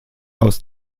aus